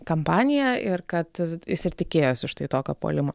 kampaniją ir kad jis ir tikėjosi štai tokio puolimo